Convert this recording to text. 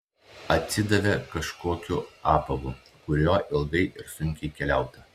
atsidavė kažkokiu apavu kuriuo ilgai ir sunkiai keliauta